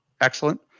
Excellent